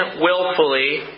willfully